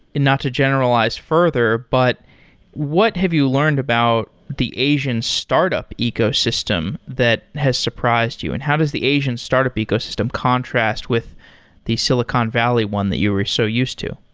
and not to general ize further, but what have you learned about the asian startup ecosystem that has surprised you? and how does the asian startup ecosystem contrast with the silicon valley one that you were so used to?